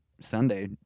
Sunday